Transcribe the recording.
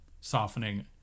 softening